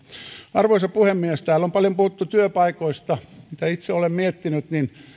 arvoisa puhemies täällä on paljon puhuttu työpaikoista mitä itse olen miettinyt niin